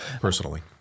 personally